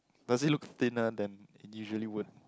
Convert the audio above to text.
does it look thinner that usually would